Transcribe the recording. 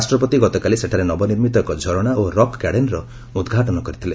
ରାଷ୍ଟ୍ରପତି ଗତକାଲି ସେଠାରେ ନବନିର୍ମିତ ଏକ ଝରଣା ଓ ରକ୍ ଗାର୍ଡେନ୍ର ଉଦ୍ଘାଟନ କରିଥିଲେ